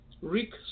Rick